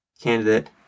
candidate